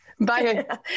Bye